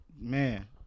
Man